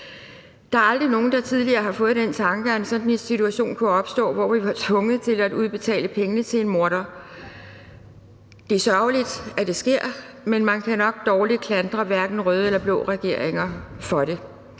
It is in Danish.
Der er ikke nogen, der tidligere har fået den tanke, at en sådan situation kunne opstå, hvor vi var tvunget til at udbetale pengene til en morder. Det er sørgeligt, at det sker, men man kan nok dårligt klandre nogen regeringer for det,